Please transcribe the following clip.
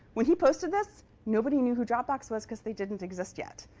when he posted this, nobody knew who dropbox was because they didn't exist yet.